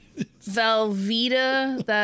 Velveeta